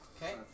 Okay